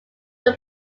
them